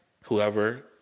Whoever